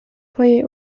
jej